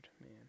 man